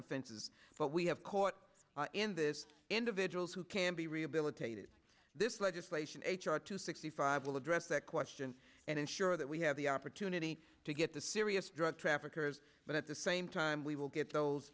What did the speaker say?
offenses but we have caught in this individuals who can be rehabilitated this legislation h r two sixty five will address that question and ensure that we have the opportunity to get the serious drug traffickers but at the same time we will get those